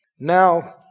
Now